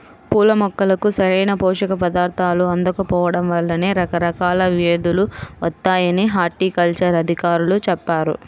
పూల మొక్కలకు సరైన పోషక పదార్థాలు అందకపోడం వల్లనే రకరకాల వ్యేదులు వత్తాయని హార్టికల్చర్ అధికారులు చెప్పారు